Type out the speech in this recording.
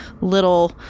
little